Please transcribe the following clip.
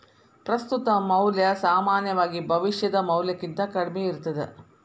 ಪ್ರಸ್ತುತ ಮೌಲ್ಯ ಸಾಮಾನ್ಯವಾಗಿ ಭವಿಷ್ಯದ ಮೌಲ್ಯಕ್ಕಿಂತ ಕಡ್ಮಿ ಇರ್ತದ